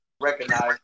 recognize